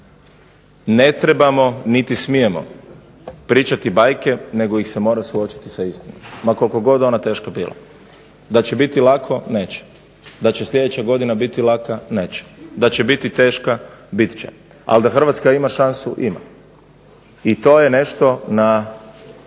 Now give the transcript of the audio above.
ne trebamo niti smijemo pričati bajke, nego ih se mora suočiti sa istinom, ma koliko god ona teška bila. Da će biti lako, neće. Da će sljedeća godina biti laka, neće. Da će biti teška, biti će. Ali da Hrvatska ima šansu, ima. I to je nešto na